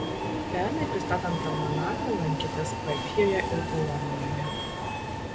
pernai pristatant almanachą lankėtės pavijoje ir bolonijoje